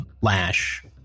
Lash